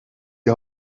die